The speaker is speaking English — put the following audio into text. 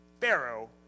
Pharaoh